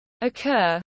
occur